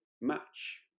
match